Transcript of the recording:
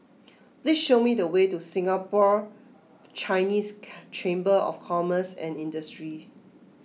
please show me the way to Singapore Chinese Chamber of Commerce and Industry